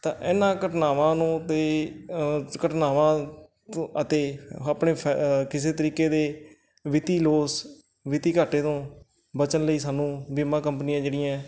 ਤਾਂ ਇਹਨਾਂ ਘਟਨਾਵਾਂ ਨੂੰ ਅਤੇ ਘਟਨਾਵਾਂ ਅਤੇ ਆਪਣੇ ਫੈ ਕਿਸੇ ਤਰੀਕੇ ਦੇ ਵਿੱਤੀ ਲੋਸ ਵਿੱਤੀ ਘਾਟੇ ਤੋਂ ਬਚਣ ਲਈ ਸਾਨੂੰ ਬੀਮਾ ਕੰਪਨੀਆਂ ਜਿਹੜੀਆਂ